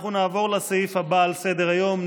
אנחנו נעבור לסעיף הבא על סדר-היום,